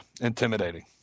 intimidating